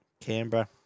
Canberra